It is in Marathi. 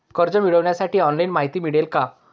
कर्ज मिळविण्यासाठी ऑनलाइन माहिती मिळेल का?